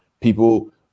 People